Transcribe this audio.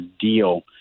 deal